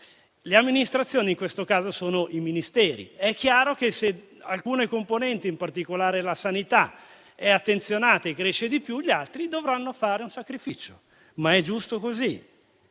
Le amministrazioni in questo caso sono i Ministeri. È chiaro che se alcune componenti, in particolare la sanità, è attenzionata e cresce di più, gli altri dovranno fare un sacrificio. È però giusto così,